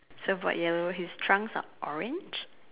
surfboard yellow his trunk are orange